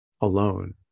alone